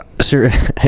Sir